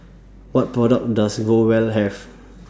What products Does Growell Have